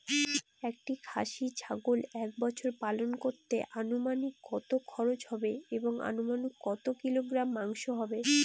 একটি খাসি ছাগল এক বছর পালন করতে অনুমানিক কত খরচ হবে এবং অনুমানিক কত কিলোগ্রাম মাংস হবে?